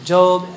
Job